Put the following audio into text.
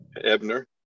Ebner